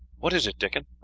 what is it, dickon?